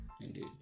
Indeed